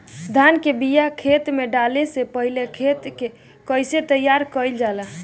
धान के बिया खेत में डाले से पहले खेत के कइसे तैयार कइल जाला?